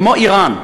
כמו איראן,